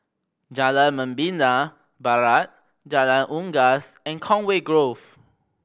Jalan Membina Barat Jalan Unggas and Conway Grove